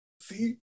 see